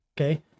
Okay